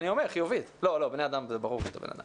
אל --- לא, בני אדם זה ברור שאתה בן אדם.